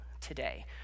today